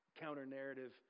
counter-narrative